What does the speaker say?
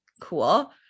cool